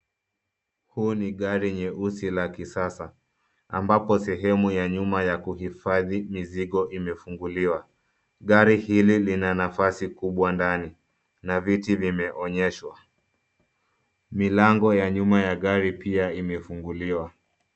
Huu ni gari nyeusi la kisasa ambapo sehemu ya nyuma ya kuhifadhi mizigo imefunguliwa. Gari hili lina nafasi kubwa ndani na viti vimeonyeshwa. Milango ya nyuma ya gari pia imefunguliwa.